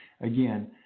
Again